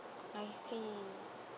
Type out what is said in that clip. I see